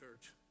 church